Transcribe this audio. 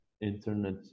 internet